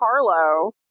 Carlo